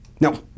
No